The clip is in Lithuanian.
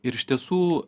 ir iš tiesų